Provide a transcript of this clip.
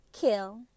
Kill